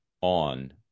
on